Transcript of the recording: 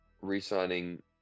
re-signing